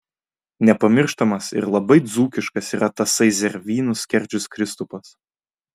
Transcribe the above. nepamirštamas ir labai dzūkiškas yra tasai zervynų skerdžius kristupas